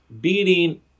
beating